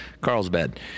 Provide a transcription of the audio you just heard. Carlsbad